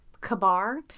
Kabar